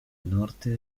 norte